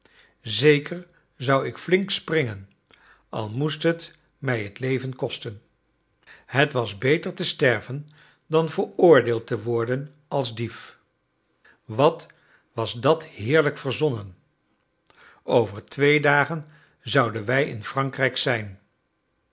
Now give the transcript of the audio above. zeker zou ik flink springen al moest het mij t leven kosten het was beter te sterven dan veroordeeld te worden als dief wat was dat heerlijk verzonnen over twee dagen zouden wij in frankrijk zijn